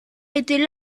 était